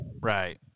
Right